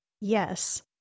Yes